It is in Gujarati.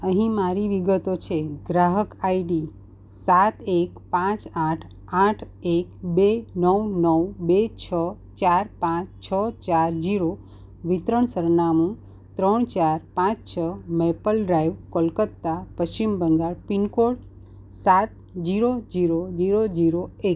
અહીં મારી વિગતો છે ગ્રાહક આઈડી સાત એક પાંચ આઠ આઠ એક બે નવ નવ બે છ ચાર પાંચ છ ચાર જીરો વિતરણ સરનામું ત્રણ ચાર પાંચ છ maple drive Kolkata Paschim Bangal pin code સાત જીરો જીરો જીરો જીરો એક